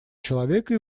человека